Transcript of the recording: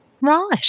Right